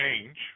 Change